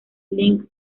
lynn